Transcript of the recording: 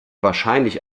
wahrscheinlich